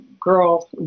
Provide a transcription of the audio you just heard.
girl